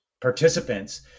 participants